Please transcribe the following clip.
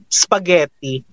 spaghetti